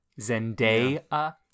Zendaya